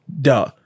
Duh